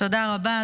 תודה רבה.